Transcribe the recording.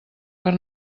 per